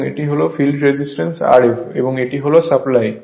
এবং এটি হল ফিল্ড রেজিস্ট্যান্স Rf এবং এটি হল সাপ্লাই